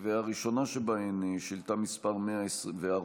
הראשונה שבהן היא שאילתה מס' 114,